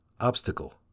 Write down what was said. obstacle